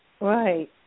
Right